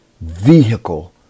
vehicle